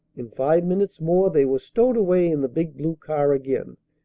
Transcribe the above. in five minutes more they were stowed away in the big blue car again,